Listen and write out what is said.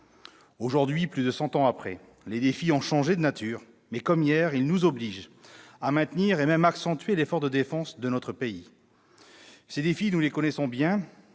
Aujourd'hui, plus de 100 ans après, les défis ont changé de nature, mais, comme hier, ils nous obligent à maintenir et même accentuer l'effort de défense de notre pays. Ces défis, nous les connaissons bien.